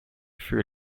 food